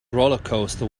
rollercoaster